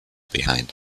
behind